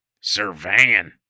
Surveying